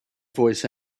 voice